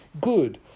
good